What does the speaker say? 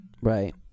Right